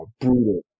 brutal